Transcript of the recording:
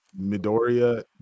Midoriya